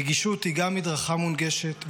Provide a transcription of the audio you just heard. נגישות היא גם מדרכה מונגשת,